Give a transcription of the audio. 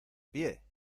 pie